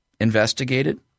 Investigated